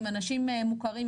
עם אנשים מוכרים,